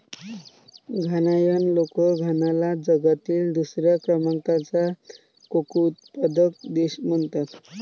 घानायन लोक घानाला जगातील दुसऱ्या क्रमांकाचा कोको उत्पादक देश म्हणतात